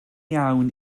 iawn